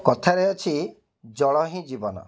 କଥାରେ ଅଛି ଜଳ ହିଁ ଜୀବନ